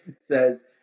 says